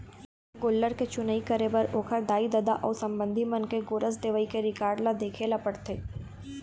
गोल्लर के चुनई करे बर ओखर दाई, ददा अउ संबंधी मन के गोरस देवई के रिकार्ड ल देखे ल परथे